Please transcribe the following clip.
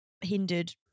hindered